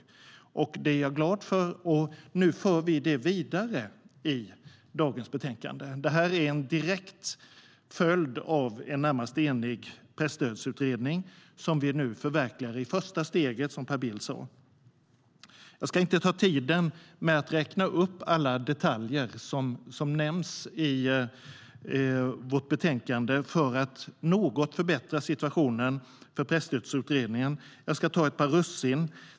Det är jag glad för. Nu för vi det vidare i dagens betänkande. Det är en direkt följd av en närmast enig presstödsutredning som vi nu förverkligar i första steget, som Per Bill sa. Jag ska inte ta upp tid med att räkna upp alla detaljer som nämns i vårt betänkande för att något förbättra situationen för presstödet, utan jag ska nämna ett par russin.